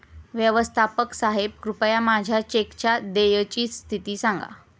व्यवस्थापक साहेब कृपया माझ्या चेकच्या देयची स्थिती सांगा